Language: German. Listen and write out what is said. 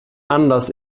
anders